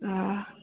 آ